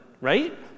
right